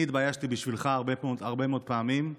אני התביישתי בשבילך הרבה מאוד פעמים.